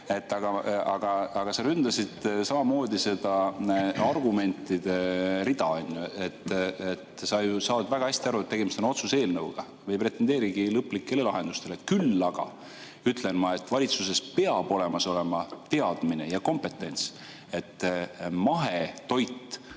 Aga sa ründasid samamoodi seda argumentide rida. Sa ju saad väga hästi aru, et tegemist on otsuse eelnõuga. Me ei pretendeerigi lõplikele lahendustele. Küll aga ütlen ma, et valitsuses peab olema kompetents ja teadmine selle kohta, et mahetoitu